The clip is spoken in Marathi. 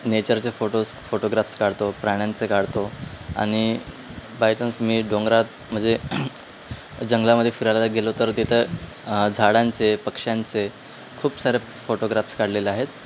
नेचरचे फोटोज फोटोग्राफ्स काढतो प्राण्यांचे काढतो आणि बायचान्स मी डोंगरात म्हणजे जंगलामध्ये फिरायला गेलो तर तिथं झाडांचे पक्ष्यांचे खूप सारे फोटोग्राफ्स काढलेले आहेत